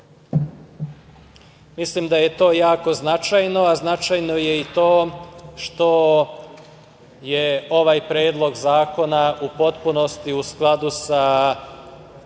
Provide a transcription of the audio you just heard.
Mislim da je to jako značajno. Značajno je i to što je ovaj predlog zakona u potpunosti u skladu sa